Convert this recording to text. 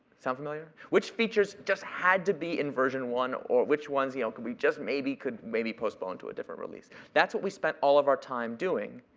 sound familiar? which features just had to be in version one or which ones yeah ah could we just maybe could maybe postpone to a different release? that's what we spent all of our time doing.